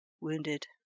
wounded